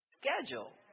schedule